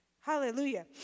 Hallelujah